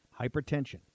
Hypertension